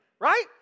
right